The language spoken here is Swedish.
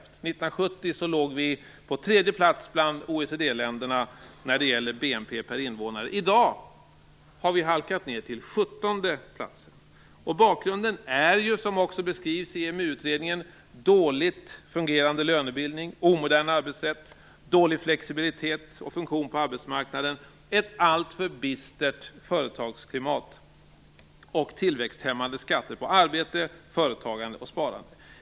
1970 låg Sverige på tredje plats bland OECD länderna när det gäller BNP per invånare. I dag har vi halkat ned till sjuttonde plats. Bakgrunden är, vilket också beskrivs i EMU-utredningen, dåligt fungerande lönebildning, omodern arbetsrätt, dålig flexibilitet och funktion på arbetsmarknaden, ett alltför bistert företagsklimat och tillväxthämmande skatter på arbete, företagande och sparande.